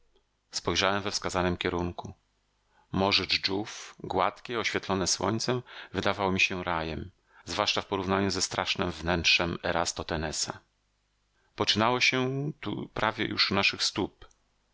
spojrzałem we wskazanym kierunku morze dżdżów gładkie oświetlone słońcem wydało mi się rajem zwłaszcza w porównaniu ze strasznem wnętrzem eratosthenesa poczynało się tuż prawie u naszych stóp